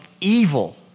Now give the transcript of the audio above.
evil